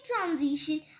transition